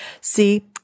See